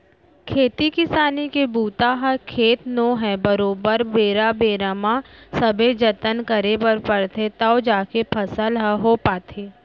खेती किसानी के बूता ह खेत नो है बरोबर बेरा बेरा म सबे जतन करे बर परथे तव जाके फसल ह हो पाथे